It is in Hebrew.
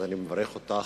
אז אני מברך אותך.